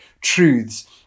truths